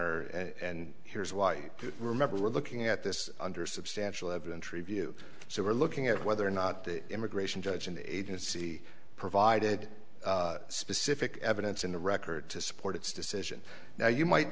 honor and here's why you remember we're looking at this under substantial haven't treeview so we're looking at whether or not the immigration judge and the agency provided had specific evidence in the record to support its decision now you might